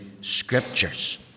Scriptures